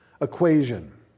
equation